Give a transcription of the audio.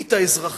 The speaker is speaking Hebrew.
לאומית אזרחית.